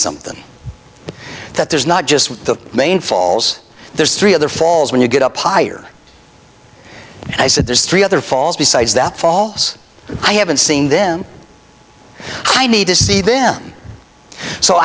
something that there's not just the main falls there's three other falls when you get up pyar i said there's three other falls besides that falls i haven't seen them i need to see them so